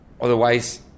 otherwise